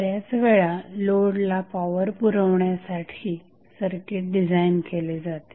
बऱ्याच वेळा लोडला पॉवर पुरवण्यासाठी सर्किट डिझाईन केले जाते